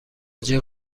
جیغ